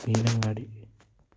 Meenangadi